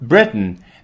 Britain